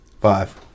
Five